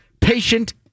Patient